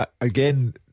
Again